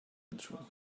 intro